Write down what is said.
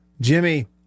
Jimmy